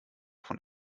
von